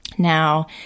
Now